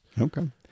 Okay